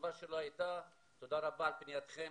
התשובה שלה הייתה 'תודה רבה על פנייתכם,